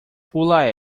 pula